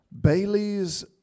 Bailey's